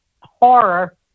horror